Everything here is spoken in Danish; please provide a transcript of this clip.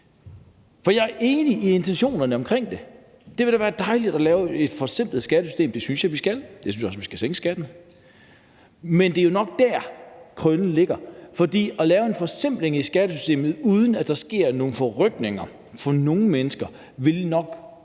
Jeg er enig i intentionerne i det. Det ville da være dejligt at lave et forsimplet skattesystem. Det synes jeg vi skal, og jeg synes også, at vi skal sænke skatten. Men det er jo nok der, hunden ligger begravet, for at lave en forsimpling af skattesystemet, uden at der sker nogen forrykninger for nogen mennesker, vil nok